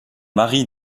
mari